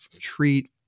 treat